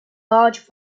large